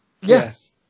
Yes